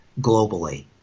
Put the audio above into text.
globally